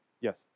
Yes